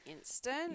instant